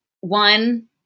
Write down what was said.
one